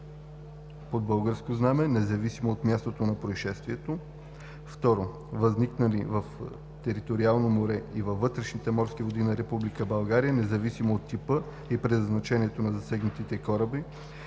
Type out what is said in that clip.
под българско знаме, независимо от мястото на произшествието; 2. възникнали в териториалното море и във вътрешните морски води на Република България, независимо от типа и предназначението на засегнатите кораби